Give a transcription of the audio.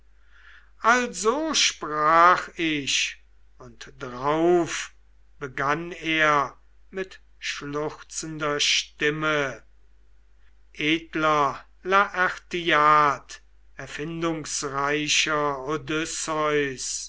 also sprach ich und drauf begann er mit schluchzender stimme edler laertiad erfindungsreicher